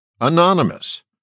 Anonymous